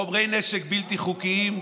חומרי נפץ בלתי חוקיים,